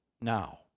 now